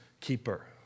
keeper